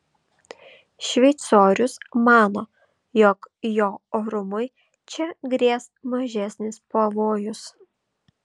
šveicorius mano jog jo orumui čia grės mažesnis pavojus